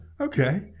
Okay